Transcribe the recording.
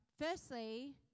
firstly